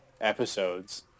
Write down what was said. episodes